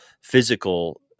physical